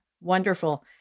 Wonderful